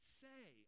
say